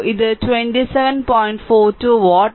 42 what